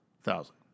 Thousand